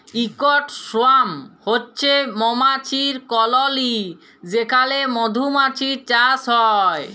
ইকট সোয়ার্ম হছে মমাছির কললি যেখালে মধুমাছির চাষ হ্যয়